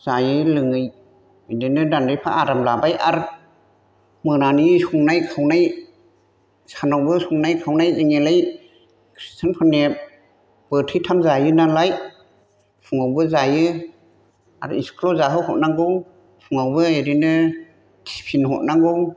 जायै लोङै बिदिनो दानदायफा आराम लाबाय आरो मोनानि संनाय खावनाय सानावबो संनाय खावनाय जोंनियालाय ख्रिस्टानफोरनिया बोथिथाम जायो नालाय फुङावबो जायो आरो स्कुलाव जाहो हरनांगौ फुङावबो एरैनो टिफिन हरनांगौ